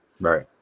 Right